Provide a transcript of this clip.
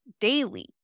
daily